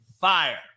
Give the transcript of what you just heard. fire